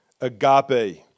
Agape